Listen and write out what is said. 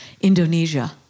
Indonesia